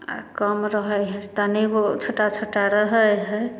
आ कम रहै हइ तनिगो छोटा छोटा रहै हइ